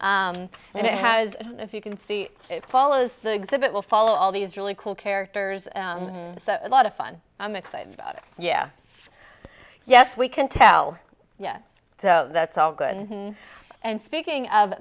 ienner and it has if you can see it follows the exhibit will follow all these really cool characters so a lot of fun i'm excited about it yeah yes we can tell yes that's all good and speaking of